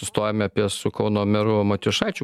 stojame apie su kauno meru matjušaičiu